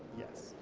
yes,